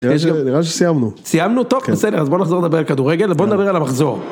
נראה לי שסיימנו, סיימנו טוב בסדר אז בוא נחזור לדבר על כדורגל ובוא נדבר על המחזור.